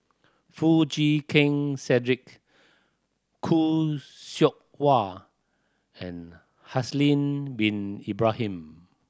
Foo Chee Keng Cedric Khoo Seok Wan and Haslir Bin Ibrahim